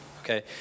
okay